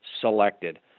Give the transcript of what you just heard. selected